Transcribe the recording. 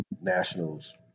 Nationals